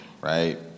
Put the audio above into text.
right